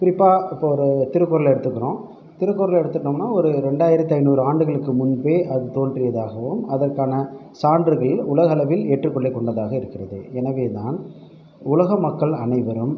குறிப்பாக இப்போது ஒரு திருக்குறளை எடுத்துக்கிறோம் திருக்குறளை எடுத்துகிட்டோம்னா ஒரு ரெண்டாயிரத்தி ஐநூறு ஆண்டுகளுக்கு முன்பே அது தோன்றியதாகவும் அதற்கான சான்றுகள் உலகளவில் ஏற்றுக் கொள்ளக் கொண்டதாக இருக்கிறது எனவே தான் உலக மக்கள் அனைவரும்